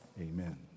amen